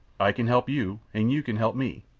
i can help you, and you can help me.